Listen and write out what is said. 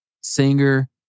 singer